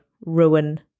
ruin